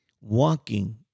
walking